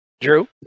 Drew